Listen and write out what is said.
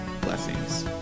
blessings